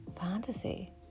fantasy